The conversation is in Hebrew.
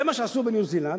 זה מה שעשו בניו-זילנד,